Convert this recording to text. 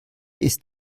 ist